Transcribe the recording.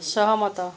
ସହମତ